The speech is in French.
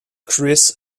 chris